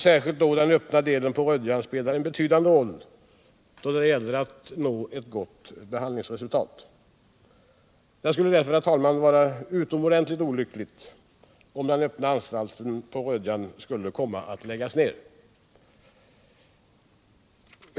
Särskilt den öppna delen på Rödjan spelar en betydande roll då det gäller att nå ett gott behandlingsresultat. Det skulle därför, herr talman, vara utomordentligt olyckligt om den öppna avdelningen vid Rödjan skulle läggas ned.